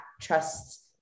trust